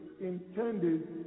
Intended